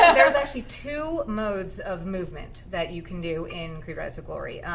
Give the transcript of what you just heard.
there's actually two modes of movement that you can do in creed, rise to glory.